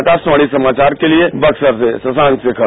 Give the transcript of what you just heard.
आकाशवाणी समाचार के लिए बक्सर से शशांक शेखर